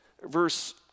verse